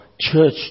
church